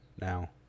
Now